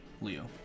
Leo